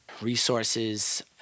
resources